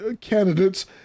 candidates